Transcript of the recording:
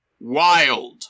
Wild